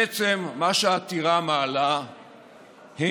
בעצם, מה שהעתירה מעלה הוא